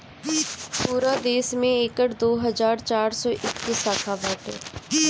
पूरा देस में एकर दो हज़ार चार सौ इक्कीस शाखा बाटे